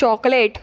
chocolate